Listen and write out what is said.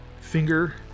finger